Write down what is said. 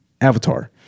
Avatar